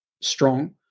strong